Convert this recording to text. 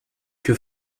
que